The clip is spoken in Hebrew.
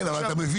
כן, אבל אתה מבין?